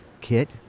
kit